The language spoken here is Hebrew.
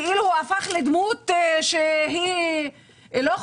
כאילו הוא הפך לדמות שהיא לא חוקית.